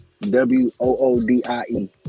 w-o-o-d-i-e